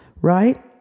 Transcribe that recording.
right